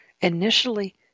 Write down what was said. initially